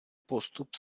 postup